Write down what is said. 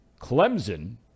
Clemson